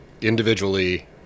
individually